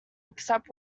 except